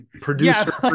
producer